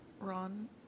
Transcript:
Ron